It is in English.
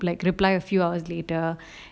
like reply few hours later